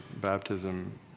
baptism